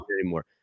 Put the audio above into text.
anymore